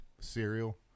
cereal